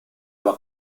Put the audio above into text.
alla